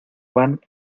van